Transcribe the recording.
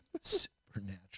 Supernatural